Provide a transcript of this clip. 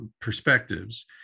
perspectives